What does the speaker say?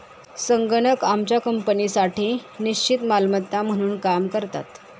संगणक आमच्या कंपनीसाठी निश्चित मालमत्ता म्हणून काम करतात